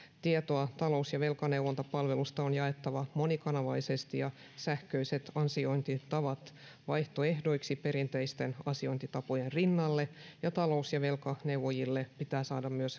tietoa talous ja velkaneuvontapalveluista on jaettava monikanavaisesti sähköiset asiointitavat pitää saada vaihtoehdoiksi perinteisten asiointitapojen rinnalle ja talous ja velkaneuvojille pitää saada myös